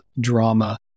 drama